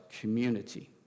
community